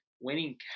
winning